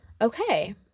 Okay